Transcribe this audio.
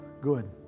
good